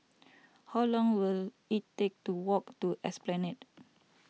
how long will it take to walk to Esplanade